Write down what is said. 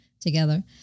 together